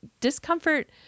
discomfort